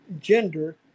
gender